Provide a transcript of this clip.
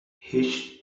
هیچ